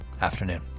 afternoon